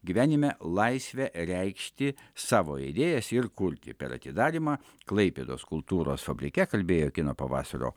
gyvenime laisvė reikšti savo idėjas ir kurti per atidarymą klaipėdos kultūros fabrike kalbėjo kino pavasario